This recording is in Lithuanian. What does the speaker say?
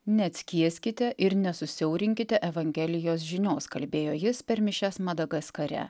neatskieskite ir nesusiaurinkite evangelijos žinios kalbėjo jis per mišias madagaskare